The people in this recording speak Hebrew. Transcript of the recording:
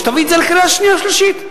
שתביא את זה לקריאה שנייה וקריאה שלישית.